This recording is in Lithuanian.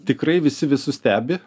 tikrai visi visus stebi